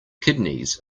kidneys